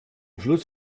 schluss